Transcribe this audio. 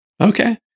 okay